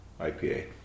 ipa